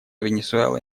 венесуэла